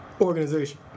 organization